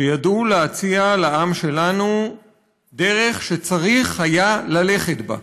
שידעו להציע לעם שלנו דרך שצריך היה ללכת בה,